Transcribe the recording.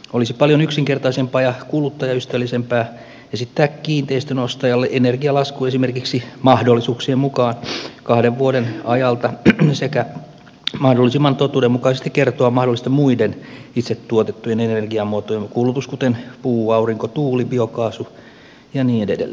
olisi paljon yksinkertaisempaa ja kuluttajaystävällisempää esittää kiinteistön ostajalle energialasku esimerkiksi mahdollisuuksien mukaan kahden vuoden ajalta sekä mahdollisimman totuudenmukaisesti kertoa mahdollisten muiden itse tuotettujen energiamuotojen kulutus kuten puu aurinko tuuli biokaasu ja niin edelleen